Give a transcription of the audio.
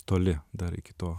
toli dar iki to